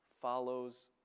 follows